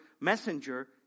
messenger